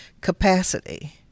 capacity